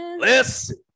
Listen